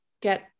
get